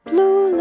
Blue